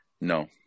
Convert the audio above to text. No